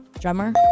Drummer